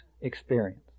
experience